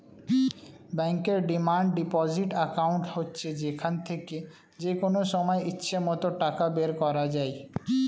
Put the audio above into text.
ব্যাংকের demand deposit account হচ্ছে যেখান থেকে যেকনো সময় ইচ্ছে মত টাকা বের করা যায়